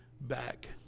back